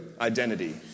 Identity